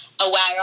Aware